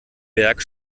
berg